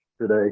today